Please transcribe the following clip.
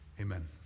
Amen